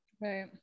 right